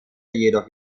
jedoch